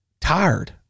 tired